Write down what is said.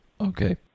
okay